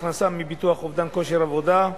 הכנסה מביטוח אובדן כושר עבודה).